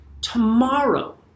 tomorrow